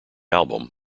album